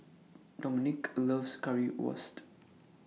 Dominque loves Currywurst